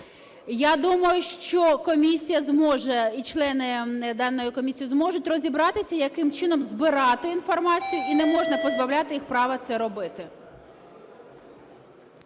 Я думаю, що комісія зможе і члени даної комісії зможуть розібратися, яким чином збирати інформацію, і не можна позбавляти їх права це робити.